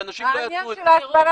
שאנשים לא יעשו את זה.